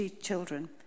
children